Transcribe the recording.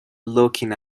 looking